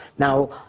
now,